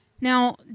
Now